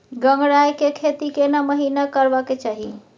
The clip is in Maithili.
गंगराय के खेती केना महिना करबा के चाही?